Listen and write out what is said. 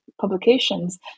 publications